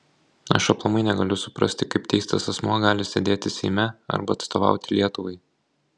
aš aplamai negaliu suprasti kaip teistas asmuo gali sėdėti seime arba atstovauti lietuvai